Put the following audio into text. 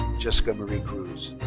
jessica marie cruz.